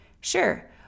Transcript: Sure